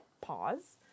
pause